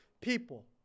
people